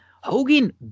Hogan